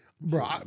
Bro